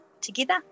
together